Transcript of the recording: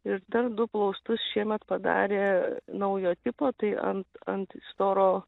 ir dar du plaustus šiemet padarė naujo tipo tai ant ant storo